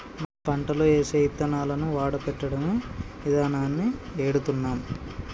మనం పంటలో ఏసే యిత్తనాలను వాడపెట్టడమే ఇదానాన్ని ఎడుతున్నాం